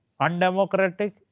undemocratic